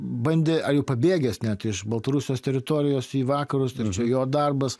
bandė pabėgęs net iš baltarusijos teritorijos į vakarus ir čia jo darbas